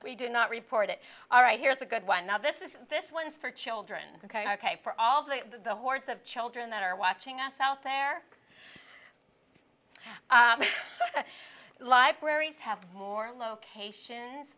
we did not report it all right here is a good one now this is this one is for children ok ok for all the hordes of children that are watching us out there libraries have more locations